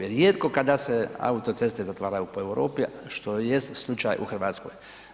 Rijetko kada se autoceste zatvaraju po Europi što jest slučaj u Hrvatskoj.